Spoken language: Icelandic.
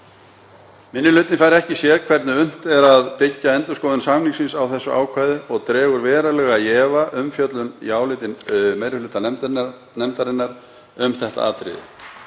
Minni hlutinn fær ekki séð hvernig unnt er að byggja endurskoðun samningsins á þessu ákvæði og dregur verulega í efa umfjöllun í áliti meiri hluta nefndarinnar um þetta atriði.